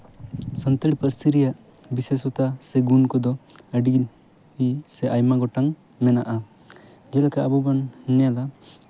ᱥᱟᱱᱛᱟᱲᱤ ᱯᱟᱹᱨᱥᱤ ᱨᱮᱭᱟᱜ ᱵᱤᱥᱮᱥᱚᱛᱟ ᱥᱮ ᱜᱩᱱ ᱠᱚᱫᱚ ᱟᱹᱰᱤᱜᱮ ᱥᱮ ᱟᱭᱢᱟ ᱜᱚᱴᱟᱝ ᱢᱮᱱᱟᱜᱼᱟ ᱡᱮᱞᱮᱠᱟ ᱟᱵᱚ ᱵᱚᱱ ᱢᱮᱱᱟ